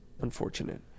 Unfortunate